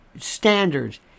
standards